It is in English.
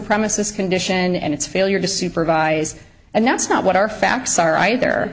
premises condition and its failure to supervise and that's not what our facts are